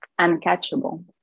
uncatchable